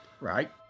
right